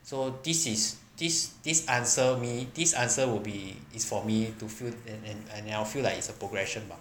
so this is this this answer me this answer will be is for me to fee~ and and and I'll feel like it's a progression bah